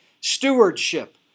stewardship